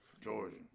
Georgia